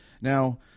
Now